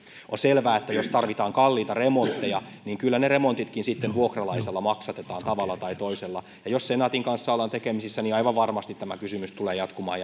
on selvää että jos tarvitaan kalliita remontteja niin kyllä ne remontitkin sitten vuokralaisella maksatetaan tavalla tai toisella ja jos senaatin kanssa ollaan tekemisissä niin aivan varmasti tämä kysymys tulee jatkumaan